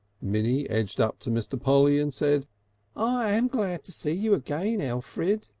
minnie edged up to mr. polly and said i am glad to see you again, elfrid,